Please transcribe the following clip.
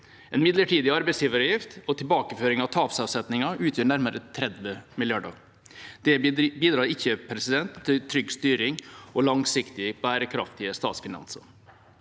En midlertidig arbeidsgiveravgift og tilbakeføring av tapsavsetninger utgjør nærmere 30 mrd. kr. Det bidrar ikke til trygg styring og langsiktig bærekraft i statsfinansene.